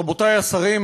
רבותי השרים,